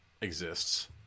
exists